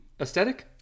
aesthetic